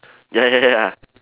ya ya ya ya ya